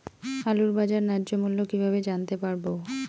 আলুর বাজার ন্যায্য মূল্য কিভাবে জানতে পারবো?